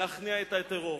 להכניע את הטרור.